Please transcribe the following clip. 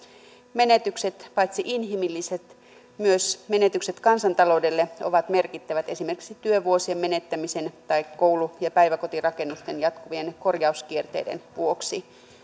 menetykset paitsi inhimilliset myös menetykset kansantaloudelle ovat merkittävät esimerkiksi työvuosien menettämisen tai koulu ja päiväkotirakennusten jatkuvien korjauskierteiden vuoksi